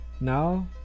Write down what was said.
now